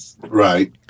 Right